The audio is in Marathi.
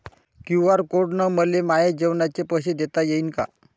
क्यू.आर कोड न मले माये जेवाचे पैसे देता येईन का?